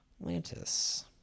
Atlantis